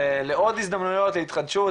לעוד הזדמנויות להתחדשות,